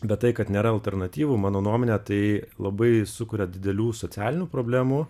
bet tai kad nėra alternatyvų mano nuomone tai labai sukuria didelių socialinių problemų